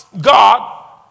God